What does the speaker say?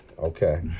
Okay